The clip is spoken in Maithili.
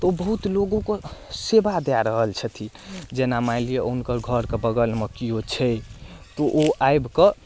तऽ ओ बहुत लोगोके सेवा दए रहल छथिन जेना मानि लिअ हुनकर घरके बगलमे केओ छै तऽ ओ आबि कऽ